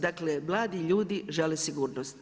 Dakle, mladi ljudi žele sigurnost.